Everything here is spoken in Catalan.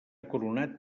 coronat